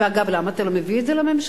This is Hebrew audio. ואגב, למה אתה לא מביא את זה לממשלה?